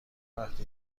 وقتی